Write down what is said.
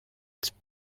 its